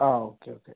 ആ okay okay